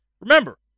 remember